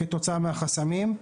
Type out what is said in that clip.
כתוצאה מהחסמים.